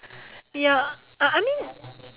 ya uh I mean